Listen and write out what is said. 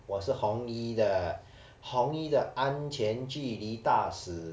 我是红衣的红衣的安全距离大史